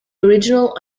original